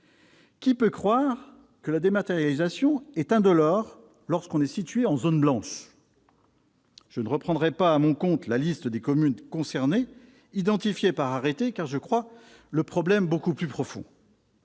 Qui peut croire que la dématérialisation est indolore lorsqu'on est situé en zone blanche ? Je ne reprendrai pas à mon compte la liste des communes concernées, identifiées par arrêté, car je crois le problème beaucoup plus profond.